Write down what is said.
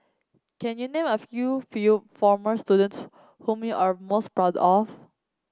can you name a few few former students whom you are most proud of